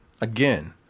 again